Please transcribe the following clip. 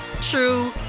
true